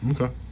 Okay